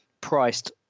priced